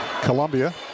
Columbia